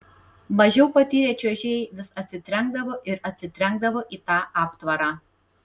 mažiau patyrę čiuožėjai vis atsitrenkdavo ir atsitrenkdavo į tą aptvarą